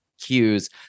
cues